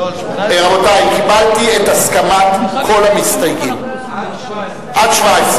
קיבלתי את הסכמת כל המסתייגים עד סעיף